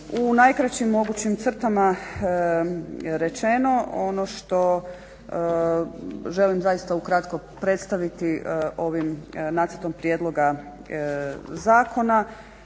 U najkraćim mogućim crtama rečeno, ono što želim zaista ukratko predstaviti ovim nacrtom prijedloga zakona,